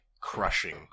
crushing